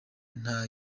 nta